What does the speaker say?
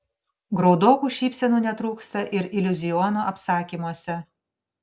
graudokų šypsenų netrūksta ir iliuziono apsakymuose